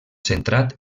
centrat